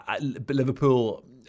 Liverpool